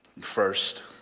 First